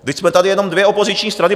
Vždyť jsme tady jenom dvě opoziční strany.